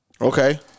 okay